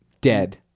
dead